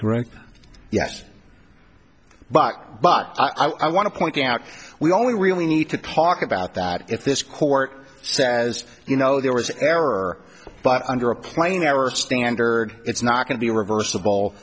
micro yes but but i want to point out we only really need to talk about that if this court says you know there was an error but under a plain error standard it's not going to be reversible